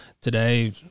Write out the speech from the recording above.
Today